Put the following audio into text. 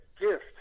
gift